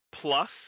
PLUS